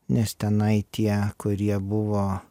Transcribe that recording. nes tenai tie kurie buvo